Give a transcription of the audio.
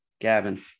gavin